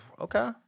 okay